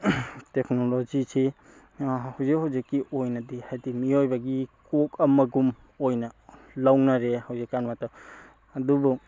ꯇꯦꯛꯅꯣꯂꯣꯖꯤꯁꯤ ꯍꯧꯖꯤꯛ ꯍꯧꯖꯤꯛꯀꯤ ꯑꯣꯏꯅꯗꯤ ꯍꯥꯏꯕꯗꯤ ꯃꯤꯑꯣꯏꯕꯒꯤ ꯀꯣꯛ ꯑꯃꯒꯨꯝ ꯑꯣꯏꯅ ꯂꯧꯅꯔꯦ ꯍꯧꯖꯤꯛ ꯀꯥꯟ ꯃꯇꯝ ꯑꯗꯨꯕꯨ